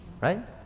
Right